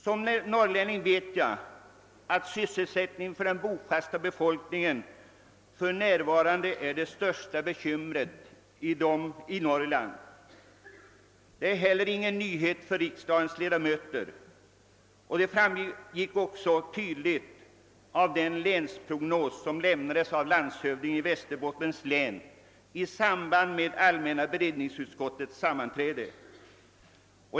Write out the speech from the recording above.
Som norrlänning vet jag att sysselsättningen för den bofasta befolkningen för närvarande är det största bekymret i Norrland. Det är heller ingen nyhet för riksdagens ledamöter. Detta framgick också tydligt av den länsprognos som lämnades av landshövdingen i Västerbottens län i samband med allmänna beredningsutskottets sammanträde.